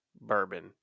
bourbon